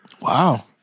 Wow